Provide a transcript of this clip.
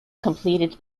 completed